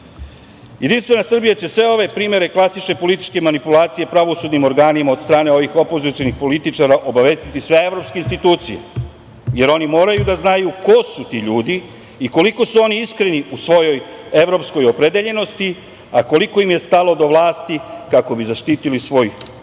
jačamo. Jedinstvena Srbija će sve ove primere klasične političke manipulacije pravosudnim organima od strane ovih opozicionih političara obavestiti sve evropske institucije, jer oni moraju da znaju ko su ti ljudi i koliko su oni iskreni u svojoj evropskoj opredeljenosti a koliko im je stalo do vlasti, kako bi zaštitili svoj